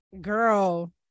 Girl